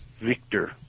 Victor